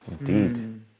indeed